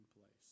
place